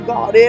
God